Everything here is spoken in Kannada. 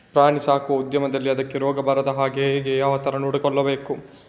ಪ್ರಾಣಿ ಸಾಕುವ ಉದ್ಯಮದಲ್ಲಿ ಅದಕ್ಕೆ ರೋಗ ಬಾರದ ಹಾಗೆ ಹೇಗೆ ಯಾವ ತರ ನೋಡಿಕೊಳ್ಳಬೇಕು?